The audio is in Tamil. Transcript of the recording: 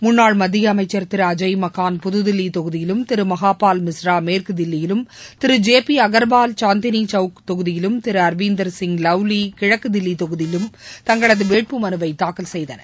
முன்னாள் மத்திய அமைச்சர் திரு அஜய் மக்கான் புதுதில்லி தொகுதியிலும் திரு மகாபால் மிஸ்ரா மேற்கு தில்லியிலும் திரு ஜே பி அகர்வால் சாந்தினி சவுக் தொகுதியிலும் திரு அரவிந்தர்சிய் லவ்லி கிழக்கு தில்லி தொகுதியிலும் தங்களது வேட்புமனுவை தாக்கல் செய்தனர்